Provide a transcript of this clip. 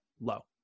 low